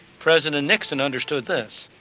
president nixon understood this.